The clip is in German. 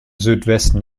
südwesten